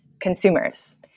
consumers